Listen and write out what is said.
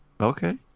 okay